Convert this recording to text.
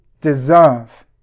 deserve